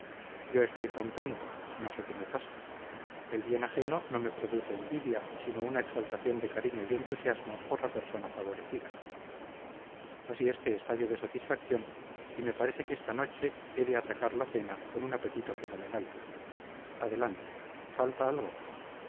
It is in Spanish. yo estoy contento no sé qué me pasa el bien ajeno no me produce envidia sino una exaltación de cariño y entusiasmo por la persona favorecida así es que estallo de satisfacción y me parece que esta noche he de atacar la cena con un apetito fenomenal adelante falta algo